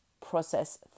process